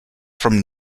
from